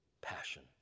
passion